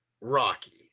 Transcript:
Rocky